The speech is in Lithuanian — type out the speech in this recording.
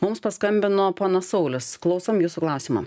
mums paskambino ponas saulius klausom jūsų klausimo